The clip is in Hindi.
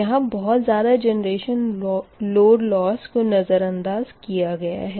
यहाँ बहुत ज़्यादा जेनरेशन लोड लोस को नज़रअंदाज़ किया गया है